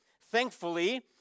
Thankfully